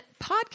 podcast